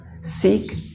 seek